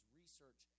research